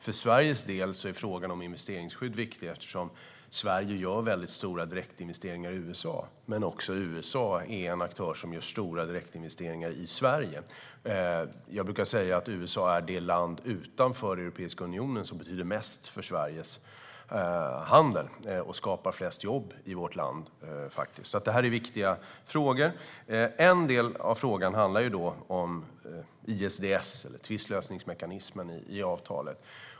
För Sverige är frågan om investeringsskydd viktig eftersom Sverige gör stora direktinvesteringar i USA. USA gör också stora direktinvesteringar i Sverige. USA är det land utanför Europeiska unionen som betyder mest för Sveriges handel och skapar flest jobb i vårt land. Det är alltså viktiga frågor. En del av frågan handlar om ISDS, tvistlösningsmekanismen i avtalet.